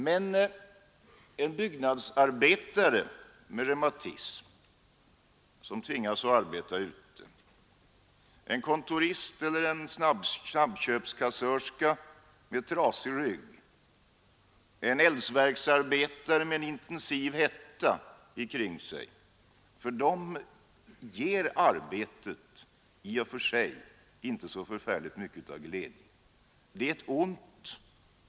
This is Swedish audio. Men för en byggnadsarbetare med reumatism som tvingas arbeta ute, för en kontorist eller snabbköpskassörska med trasig rygg och för en eldverksarbetare med en intensiv hetta omkring sig ger arbetet i och för sig inte så förfärligt mycket av glädje. Det är ett ont.